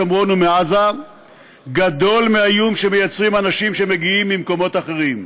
שומרון ועזה גדול מהאיום שמייצרים אנשים שמגיעים ממקומות אחרים.